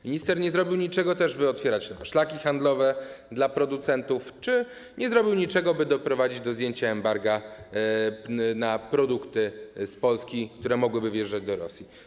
Minister nie zrobił też niczego, by otwierać szlaki handlowe dla producentów, nie zrobił niczego, by doprowadzić do zdjęcia embarga na produkty z Polski, które mogłyby wjeżdżać do Rosji.